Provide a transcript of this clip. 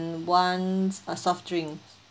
one uh soft drink